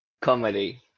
Comedy